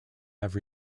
have